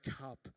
cup